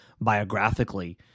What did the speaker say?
biographically